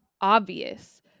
obvious